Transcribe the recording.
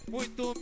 Muito